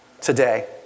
today